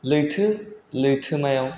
लैथो लैथोमायाव